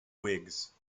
whigs